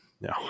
No